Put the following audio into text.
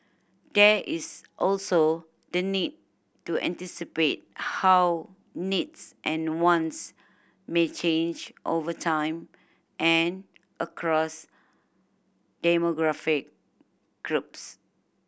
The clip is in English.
there is also the need to anticipate how needs and wants may change over time and across demographic groups